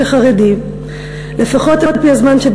חולשה לתרבות החרדית, לחמלה, לעדינות,